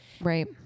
Right